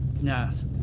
Yes